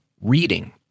reading